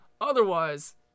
Otherwise